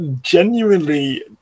genuinely